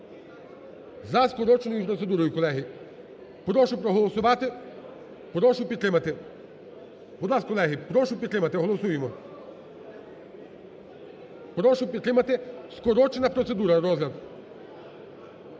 за скороченою процедурою, колеги. Прошу проголосувати, прошу підтримати. Будь ласка, колеги, прошу підтримати, голосуємо. Прошу підтримати, скорочена процедура, розгляд.